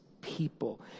people